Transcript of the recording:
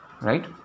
right